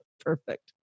Perfect